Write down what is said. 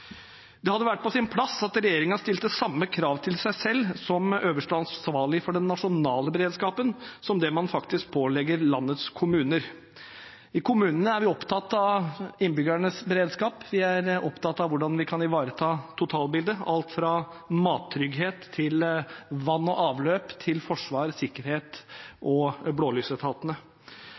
Det hadde vært på sin plass at regjeringen stilte samme krav til seg selv som øverste ansvarlige for den nasjonale beredskapen som det man faktisk pålegger landets kommuner. I kommunene er vi opptatt av innbyggernes beredskap. Vi er opptatt av hvordan vi kan ivareta totalbildet – alt fra mattrygghet til vann og avløp, til forsvar, sikkerhet og blålysetatene.